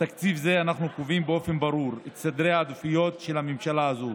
בתקציב זה אנחנו קובעים באופן ברור את סדרי העדיפויות של הממשלה הזאת.